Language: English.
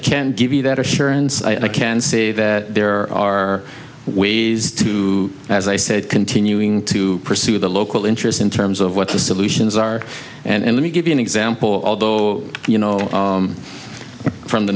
can give you that assurance i can say that there are ways to as i said continuing to pursue the local interest in terms of what the solutions are and let me give you an example although you know from the